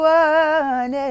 one